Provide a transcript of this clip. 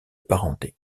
parenté